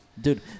Dude